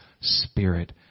Spirit